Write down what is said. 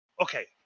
okay